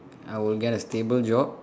I will get a stable job